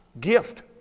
Gift